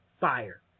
fire